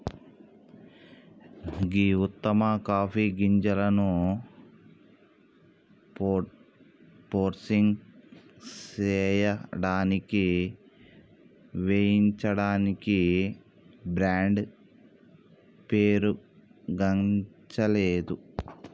గీ ఉత్తమ కాఫీ గింజలను సోర్సింగ్ సేయడానికి వేయించడానికి బ్రాండ్ పేరుగాంచలేదు